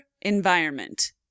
environment